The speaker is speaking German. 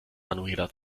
manuela